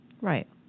Right